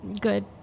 good